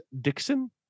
Dixon